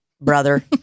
brother